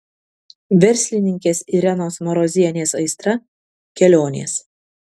verslininkės irenos marozienės aistra kelionės